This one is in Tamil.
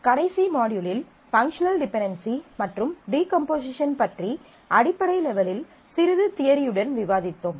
கடைசி மாட்யூலில் பங்க்ஷனல் டிபென்டென்சி மற்றும் டீகம்போசிஷன் பற்றி அடிப்படை லெவெலில் சிறிது தியரியுடன் விவாதித்தோம்